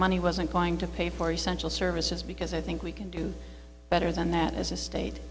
money wasn't going to pay for essential services because i think we can do better than that as a state